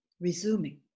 resuming